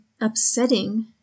upsetting